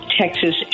Texas